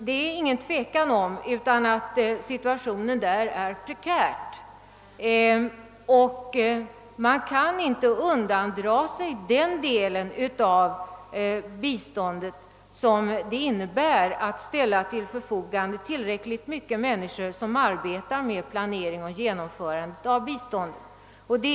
Det är inget tvivel om att situationen där är prekär, och man kan inte undandra sig ansvaret för den del av biståndsverksamheten som består i tillhandahållande av tillräcklig personal för arbetet med planering och genomförande av biståndet.